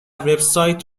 وبسایت